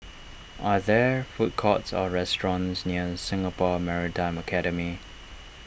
are there food courts or restaurants near Singapore Maritime Academy